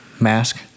mask